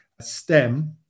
STEM